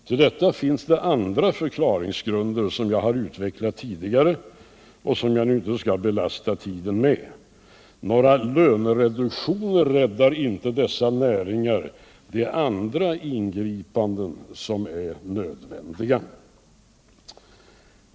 Till detta finns andra förklaringsgrunder, som jag utvecklat tidigare och som jag inte skall ta upp tiden med vid detta tillfälle. Några lönereduktioner räddar inte dessa näringar — det är andra ingripanden som är nödvändiga.